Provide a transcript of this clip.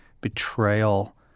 betrayal